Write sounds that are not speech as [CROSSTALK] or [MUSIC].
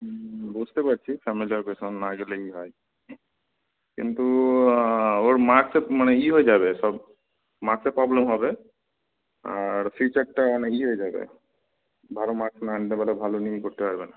হুম বুঝতে পারছি family occasion না গেলেই হয় কিন্তু ওর মার্কসে মানে ই হয়ে যাবে সব মার্কসে প্রবলেম হবে আর ফিউচারটা মানে ইয়ে হয়ে যাবে ভালো মার্কস না আনতে পারলে ভালো [UNINTELLIGIBLE] করতে পারবে না